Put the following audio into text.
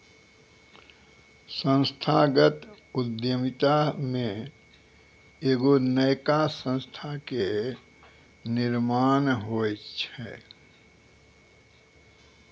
संस्थागत उद्यमिता मे एगो नयका संस्था के निर्माण होय छै